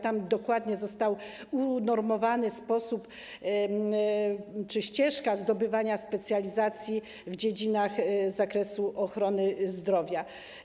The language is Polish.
Tam dokładnie został unormowany sposób, czy ścieżka, zdobywania specjalizacji w dziedzinach z zakresu ochrony zdrowia.